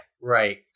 Right